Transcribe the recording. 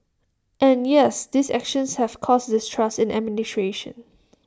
and yes these actions have caused this distrust in administration